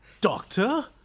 Doctor